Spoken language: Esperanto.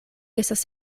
estas